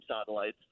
satellites